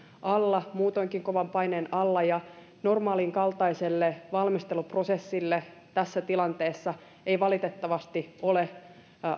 alla muutoinkin kovan paineen alla ja normaalinkaltaiselle valmisteluprosessille tässä tilanteessa ei valitettavasti ole